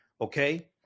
okay